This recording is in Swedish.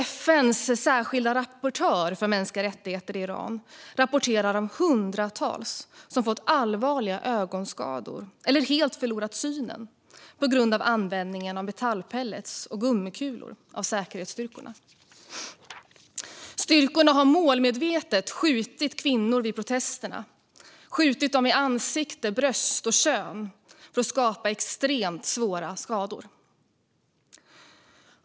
FN:s särskilda rapportör för mänskliga rättigheter i Iran rapporterar om hundratals som fått allvarliga ögonskador eller helt förlorat synen på grund av användningen av metallpellets och gummikulor av säkerhetsstyrkor. Styrkorna har målmedvetet skjutit kvinnor vid protesterna i ansikte, bröst och kön för att skapa extremt svåra skador.